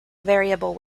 variable